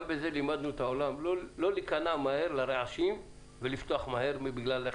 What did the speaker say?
גם בזה לימדנו את העולם לא להיכנע מהר לרעשים ולפתוח מהר בגלל לחצים.